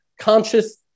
conscious